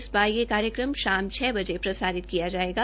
इस बार यह कार्यक्रम शाम छ बजे प्रसारित किया जायेगा